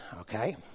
okay